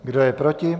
Kdo je proti?